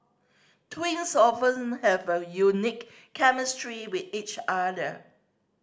twins often have a unique chemistry with each other